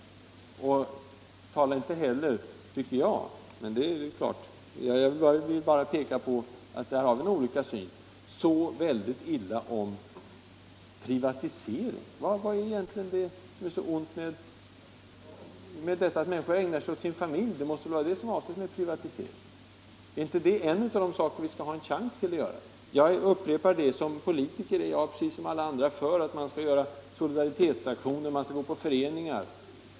Tala inte heller — jag medger att vi här har helt olika synsätt — så illa om privatiseringen! Om man med privatisering avser att människor ägnar sig åt sina familjer, vad är det då för fel i detta? Är inte det en av de saker vi bör ha en chans att göra? Jag upprepar att jag som politiker naturligtvis tycker att vi skall göra solidaritetsaktioner och delta i föreningar.